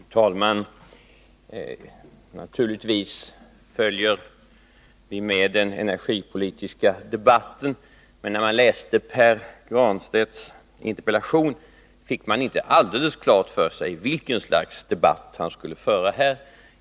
Fru talman! Naturligtvis följer vi den energipolitiska debatten, men när man läste Pär Granstedts interpellation fick man inte alldeles klart för sig vilket slags debatt han skulle föra här i kammaren.